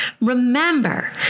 Remember